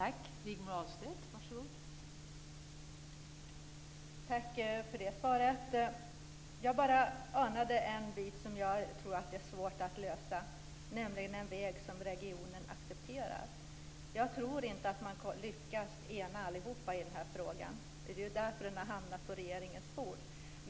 Fru talman! Tack för det svaret! Jag anar att det finns ett problem som är svårt att lösa, nämligen att det skall vara en väg som regionen accepterar. Jag tror inte att man lyckas ena alla i den här frågan. Det är ju därför den har hamnat på regeringens bord.